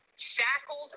Shackled